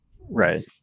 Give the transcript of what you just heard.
Right